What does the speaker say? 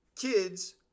kids